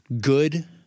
good